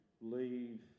leave